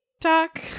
talk